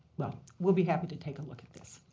well, we'll be happy to take a look at this.